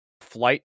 flight